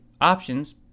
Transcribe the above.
options